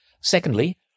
Secondly